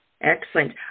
Excellent